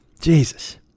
Jesus